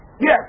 yes